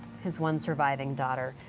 is one surviving daughter.